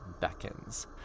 beckons